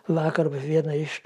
vakar vieną iš